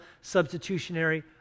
substitutionary